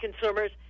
consumers